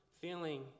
feeling